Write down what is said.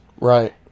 Right